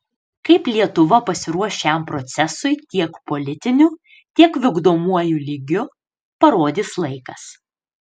kaip lietuva pasiruoš šiam procesui tiek politiniu tiek vykdomuoju lygiu parodys laikas